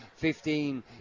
15